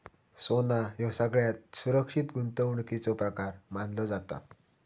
सोना ह्यो सगळ्यात सुरक्षित गुंतवणुकीचो प्रकार मानलो जाता